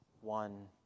one